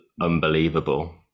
unbelievable